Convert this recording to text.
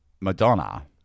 madonna